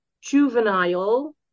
juvenile